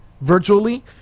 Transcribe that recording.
virtually